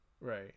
Right